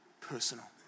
personal